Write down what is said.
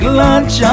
lunch